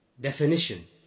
definition